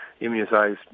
immunized